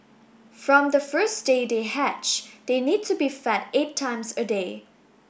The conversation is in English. from the first day they hatch they need to be fed eight times a day